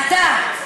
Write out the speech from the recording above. אתה,